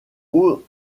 haut